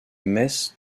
metz